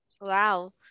Wow